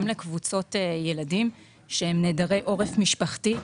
לקבוצות ילדים שהן נעדרות עורף משפחתי,